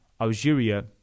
algeria